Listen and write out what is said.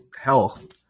health